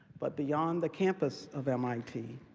but beyond the campus of mit,